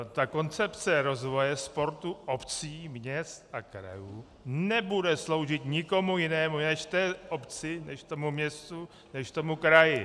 Ta koncepce rozvoje sportu obcí, měst a krajů nebude sloužit nikomu jinému než té obci, než tomu městu, než tomu kraji.